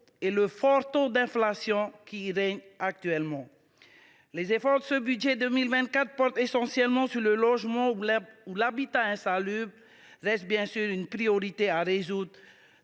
et la forte inflation qui y règne actuellement. Les efforts de ce budget 2024 portent essentiellement sur le logement – l’habitat insalubre reste bien sûr une priorité, tant le